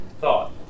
thought